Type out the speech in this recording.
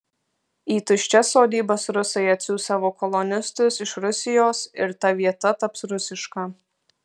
į tuščias sodybas rusai atsiųs savo kolonistus iš rusijos ir ta vieta taps rusiška